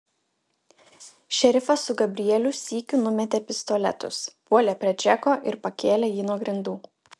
šerifas su gabrielių sykiu numetė pistoletus puolė prie džeko ir pakėlė jį nuo grindų